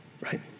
right